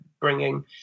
bringing